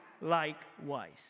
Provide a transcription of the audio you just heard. likewise